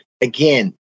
Again